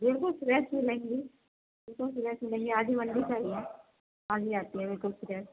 بالکل فریش ملیں گی بالکل فریش ملیں گی آج ہی منڈی سے آئی ہے تازی آتی ہیں بالکل فریش